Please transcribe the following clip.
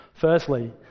Firstly